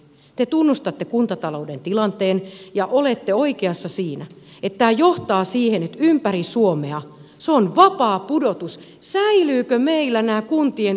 te tunnustatte kuntatalouden tilanteen ja olette oikeassa siinä että tämä johtaa siihen että ympäri suomea se on vapaa pudotus säilyvätkö meillä nämä kuntien ylläpitämät yksiköt